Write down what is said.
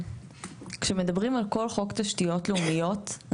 כשמדברים על כל חוק תשתיות לאומיות,